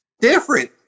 Different